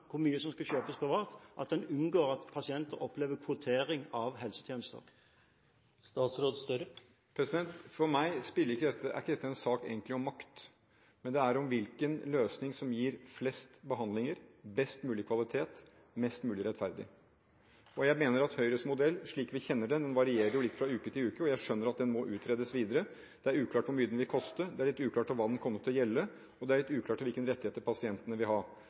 hvor mye som skal kjøpes privat, at en unngår at pasienter opplever kvotering av helsetjenester? For meg er ikke dette egentlig en sak om makt, men om hvilken løsning som gir flest behandlinger og best mulig kvalitet mest mulig rettferdig. Jeg mener at Høyres modell, slik vi kjenner den, varierer litt fra uke til uke, og jeg skjønner at den må utredes videre. Det er uklart hvor mye den vil koste, det er litt uklart hva den kommer til å gjelde for, og det er litt uklart hvilke rettigheter pasientene vil ha.